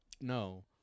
No